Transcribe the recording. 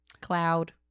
cloud